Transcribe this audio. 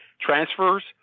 transfers